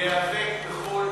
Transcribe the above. להיאבק בכל